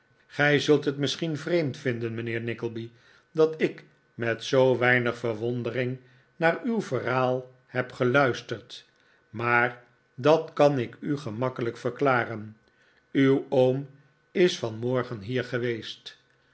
gij zult het misschien vreemd vinden mijnheer nickleby dat ik met zoo weinig verwondering naar uw verhaal heb geluisterd maar dat kan ik u gemakkelijk verklaren uw oom is van morgen hier geweest